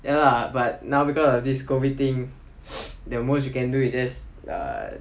ya lah but now because of thie COVID thing the most we can do is just err